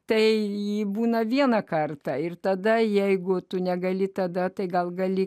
tai ji būna vieną kartą ir tada jeigu tu negali tada tai gal